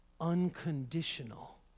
unconditional